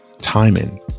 timing